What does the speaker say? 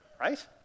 right